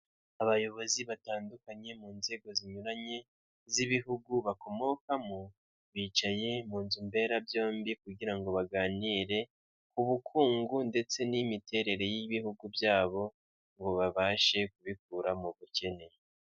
Abayobozi batandukanye mu nzego zinyuranye z'ibihugu bakomokamo, bicaye mu nzu mberabyombi kugira ngo baganire ku bukungu ndetse n'imiterere y'ibihugu byabo, ngo babashe kubikura mu bukene.